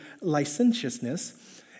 licentiousness